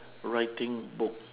writing book